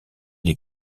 des